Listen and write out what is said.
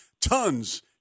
tons